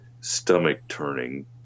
stomach-turning